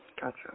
Gotcha